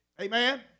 amen